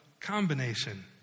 combination